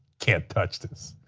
can't touch this.